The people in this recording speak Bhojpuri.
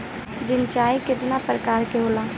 सिंचाई केतना प्रकार के होला?